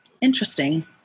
interesting